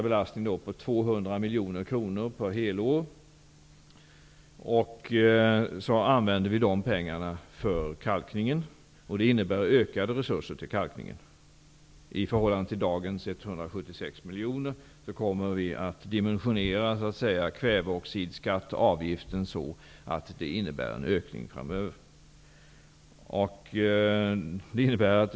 Belastningen ökar med 200 miljoner kronor för helår, och så använder vi de pengarna för kalkningen. Det innebär ökade resurser till kalkning i förhållande till dagens 176 miljoner, och vi kommer att dimensionera kväveoxidskatten eller avgiften så att det blir en ökning framöver.